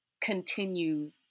continue